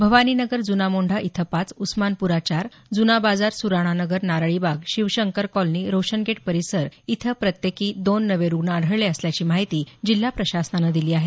भवानी नगर ज्ना मोंढा इथं पाच उस्मानपुरा चार जुना बाजार सुराणा नगर नारळी बाग शिवशंकर कॉलनी रोशन गेट परिसर इथं प्रत्येकी दोन नवे रुग्ण आढळल्याची माहिती जिल्हा प्रशासनानं दिली आहे